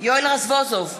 יואל רזבוזוב,